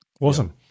Awesome